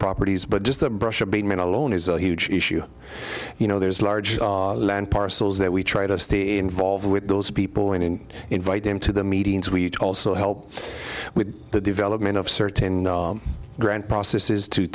properties but just a brush abatement alone is a huge issue you know there's large land parcels that we try to stay involved with those people and invite them to the meetings we also help with the development of certain ground processes to